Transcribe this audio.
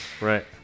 Right